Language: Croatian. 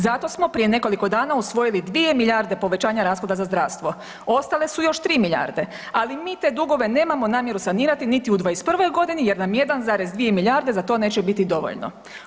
Zato smo prije nekoliko dana usvojili 2 milijarde povećanja rashoda za zdravstvo, ostale su još 3 milijarde, ali mi te dugove nemamo namjeru sanirati niti u '21. godini jer nam 1,2 milijarde za to neće biti dovoljno.